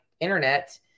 internet